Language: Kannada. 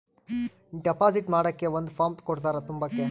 ಡೆಪಾಸಿಟ್ ಮಾಡಕ್ಕೆ ಒಂದ್ ಫಾರ್ಮ್ ಕೊಡ್ತಾರ ತುಂಬಕ್ಕೆ